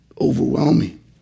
overwhelming